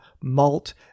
malt